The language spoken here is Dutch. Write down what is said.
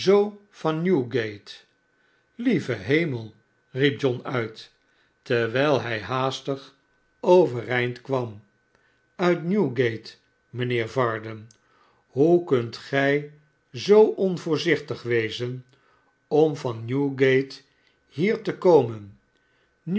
van newgate lieve hemel riep john uit terwijl hij haastig overeind kwam uit newgate mijnheer varden hoe kunt gij zoo onvoorzichtig wezen om van newgate hier te komen